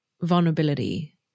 vulnerability